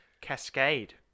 Cascade